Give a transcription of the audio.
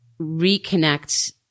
reconnect